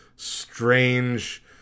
strange